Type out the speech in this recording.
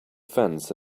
fence